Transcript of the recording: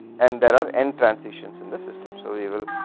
and there are n transition in the system, so we will